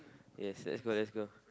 yes yes let's go let's go